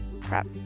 crap